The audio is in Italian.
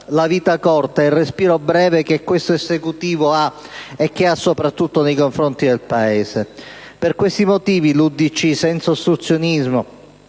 la vita corta e il respiro breve che questo Esecutivo ha, in special modo nei confronti del Paese. Per questi motivi, l'UDC, senza ostruzionismo